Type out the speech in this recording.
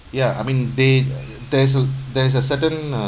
ya I mean they there's a there is a certain uh